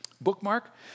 bookmark